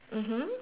mmhmm